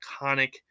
iconic